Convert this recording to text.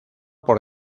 por